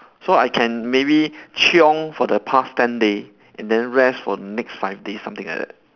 so I can maybe chiong for the past ten day and then rest for the next five days something like that